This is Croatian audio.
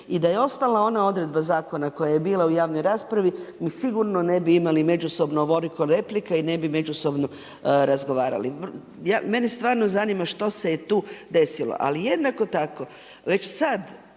I da je ostala ona odredba zakona koja je bila u javnoj raspravi, mi sigurno ne bi imali međusobno ovoliko replika i ne bi međusobno razgovarali. Mene stvarno što se je tu desilo, ali jednako tako, već sad